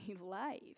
life